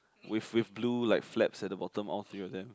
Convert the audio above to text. with with blues like flaps at the bottom all three of them